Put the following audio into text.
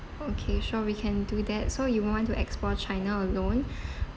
okay sure we can do that so you want to explore china alone